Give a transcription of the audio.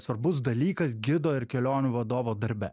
svarbus dalykas gido ir kelionių vadovo darbe